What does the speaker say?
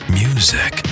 music